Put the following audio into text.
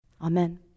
Amen